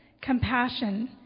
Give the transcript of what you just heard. Compassion